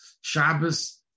Shabbos